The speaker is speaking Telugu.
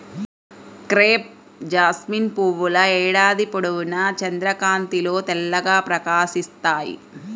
క్రేప్ జాస్మిన్ పువ్వుల ఏడాది పొడవునా చంద్రకాంతిలో తెల్లగా ప్రకాశిస్తాయి